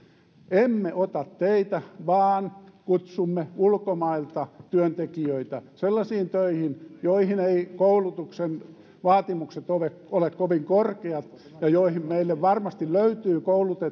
emme ota teitä vaan kutsumme ulkomailta työntekijöitä sellaisiin töihin joihin eivät koulutuksen vaatimukset ole kovin korkeat ja joihin meille varmasti löytyy